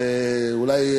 אולי,